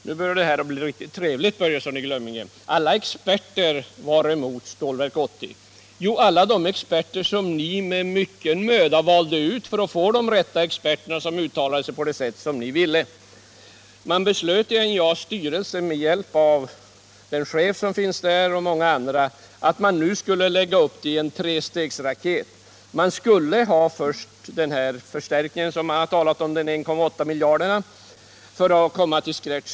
Herr talman! Nu börjar det här bli riktigt trevligt, herr Börjesson. Alla experter var emot Stålverk 80! Ja, det gällde alla de experter som ni med mycken möda valt ut för att få experter som uttalade sig på det sätt som ni ville. Man beslöt i NJA:s styrelse, med hjälp av chefen där och många andra, att man så att säga skulle lägga upp projektet i form av en trestegsraket. Man skulle först göra den förstärkning som det talats om på 1,8 miljarder för att komma till scratch.